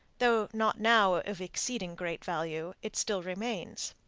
though not now of exceeding great value, it still remains.